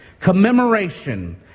commemoration